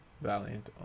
Valiant